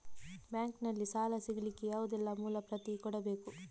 Bank ನಲ್ಲಿ ಸಾಲ ಸಿಗಲಿಕ್ಕೆ ಯಾವುದೆಲ್ಲ ಮೂಲ ಪ್ರತಿ ಕೊಡಬೇಕು?